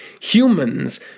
Humans